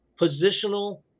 positional